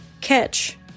catch